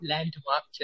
Landmark